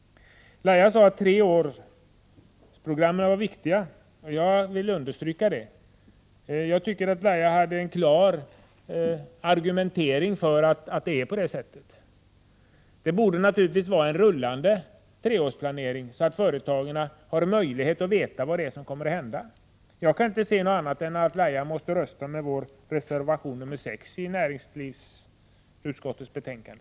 Treårsprogrammen är viktiga, sade Lahja Exner. Jag vill understryka det, och jag tyckte att Lahja Exner hade en klar argumentering för att det är på detta sätt. Men det borde naturligtvis vara en rullande treårsplanering, så att företagen har möjlighet att få veta vad som kommer att hända. Jag kan inte se annat än att Lahja Exner måste rösta på vår reservation nr 6 till näringsutskottets betänkande.